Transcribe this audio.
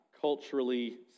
culturally